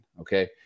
okay